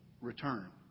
return